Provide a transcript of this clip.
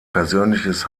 persönliches